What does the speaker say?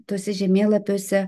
tuose žemėlapiuose